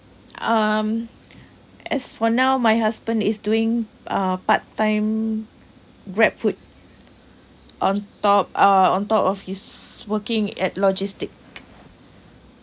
um as for now my husband is doing uh part time GrabFood on top uh on top of his working at logistics